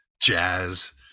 jazz